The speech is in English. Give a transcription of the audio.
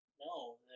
No